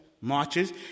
marches